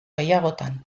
gehiagotan